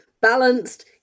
balanced